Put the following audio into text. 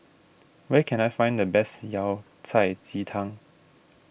where can I find the best Yao Cai Ji Tang